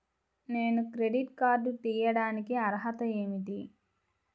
నేను credit card తీయడానికి అర్హత ఏమిటి?